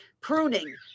pruning